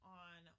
on